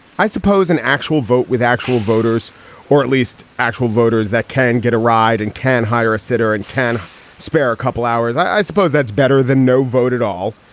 i suppose an actual vote with actual voters or at least actual voters that can get a ride and can hire a sitter and can spare a couple hours, i suppose that's better than no vote at all.